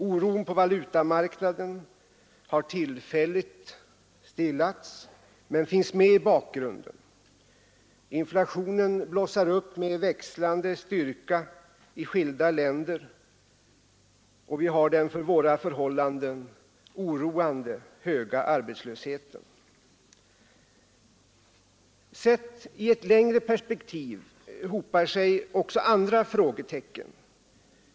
Oron på valutamarknaden har tillfälligt stillats men finns med i bakgrunden. Inflationen blossar upp med växlande styrka i skilda länder, och vi har den för våra förhållanden oroande höga arbetslösheten. Sett i ett längre perspektiv hopar sig också andra frågetecken.